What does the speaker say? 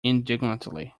indignantly